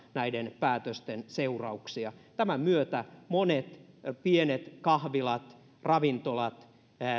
näiden päätösten seurauksia tämän myötä monet pienet kahvilat ravintolat